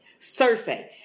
Cersei